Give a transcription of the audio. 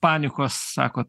panikos sakot